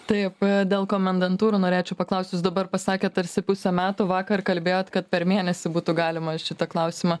taip a dėl komendantūrų norėčiau paklaust jūs dabar pasakėt tarsi pusę metų vakar kalbėjot kad per mėnesį būtų galima šitą klausimą